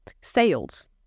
Sales